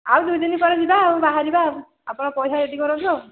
ଆଉ ଦୁଇ ଦିନ ପରେ ଯିବା ଆଉ ବାହାରିବା ଆଉ ଆପଣ ପଇସା ରେଡ଼ି କରନ୍ତୁ ଆଉ